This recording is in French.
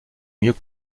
mieux